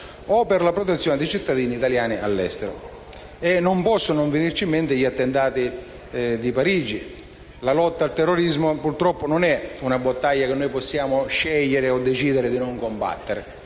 o per la protezione di cittadini italiani all'estero. A questo proposito non possono non venirci in mente gli attentati di Parigi. La lotta al terrorismo, purtroppo, non è una battaglia che possiamo scegliere o decidere di non combattere.